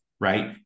right